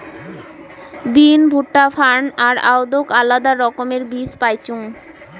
বিন, ভুট্টা, ফার্ন আর আদৌক আলাদা রকমের বীজ পাইচুঙ